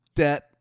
debt